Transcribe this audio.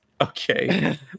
okay